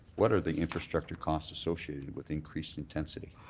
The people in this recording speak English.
what are the infrastructure costs associated with increased intensity?